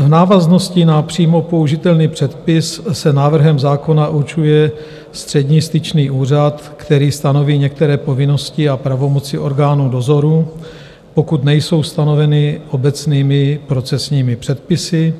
V návaznosti na přímo použitelný předpis se návrhem zákona určuje střední styčný úřad, který stanoví některé povinnosti a pravomoci orgánů dozoru, pokud nejsou stanoveny obecnými procesními předpisy,